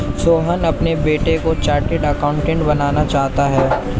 सोहन अपने बेटे को चार्टेट अकाउंटेंट बनाना चाहता है